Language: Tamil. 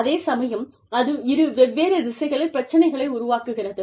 அதே சமயம் அது இரு வெவ்வேறு திசைகளில் பிரச்சனைகளை உருவாக்குகிறது